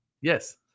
Yes